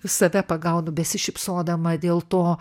save pagaunu besišypsodama dėl to